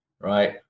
right